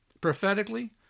Prophetically